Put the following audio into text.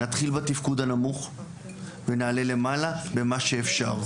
נתחיל בתפקוד הנמוך ונעלה למעלה, במה שאפשר.